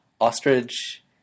ostrich